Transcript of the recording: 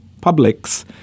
publics